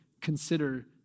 consider